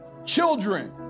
Children